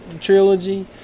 trilogy